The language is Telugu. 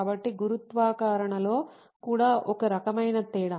కాబట్టి గురుత్వాకర్షణలో కూడా ఒక రకమైన తేడా